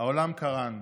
העולם קרן,